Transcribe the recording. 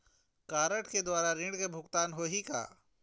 Card के द्वारा ऋण के भुगतान होही का?